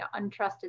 untrusted